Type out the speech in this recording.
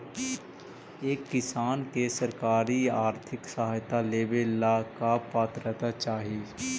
एक किसान के सरकारी आर्थिक सहायता लेवेला का पात्रता चाही?